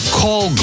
call